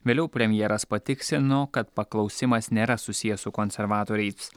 vėliau premjeras patiksino kad paklausimas nėra susijęs su konservatoriais